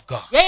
God